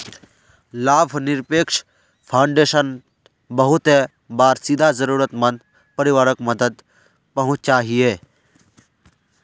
लाभ निरपेक्ष फाउंडेशन बहुते बार सीधा ज़रुरत मंद परिवारोक मदद पहुन्चाहिये